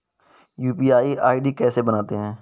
UPI ID कैसे बनाते हैं?